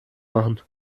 machen